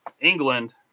England